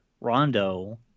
Rondo